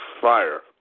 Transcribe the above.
Fire